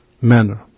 manner